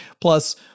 Plus